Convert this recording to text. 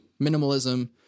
minimalism